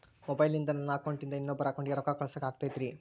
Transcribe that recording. ಮೊಬೈಲಿಂದ ನನ್ನ ಅಕೌಂಟಿಂದ ಇನ್ನೊಬ್ಬರ ಅಕೌಂಟಿಗೆ ರೊಕ್ಕ ಕಳಸಾಕ ಆಗ್ತೈತ್ರಿ?